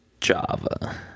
Java